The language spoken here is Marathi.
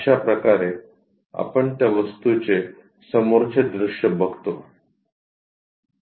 अशाप्रकारे आपण त्या वस्तूचे समोरचे दृश्य बघतो